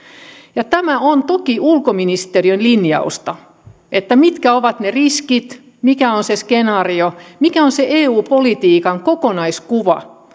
ja tämä on toki ulkoministeriön linjausta mitkä ovat ne riskit mikä on se skenaario mikä on se eu politiikan kokonaiskuva